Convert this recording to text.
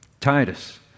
Titus